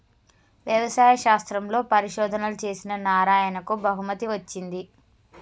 వ్యవసాయ శాస్త్రంలో పరిశోధనలు చేసిన నారాయణకు బహుమతి వచ్చింది